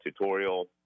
tutorial